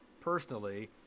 personally